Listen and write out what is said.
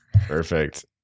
Perfect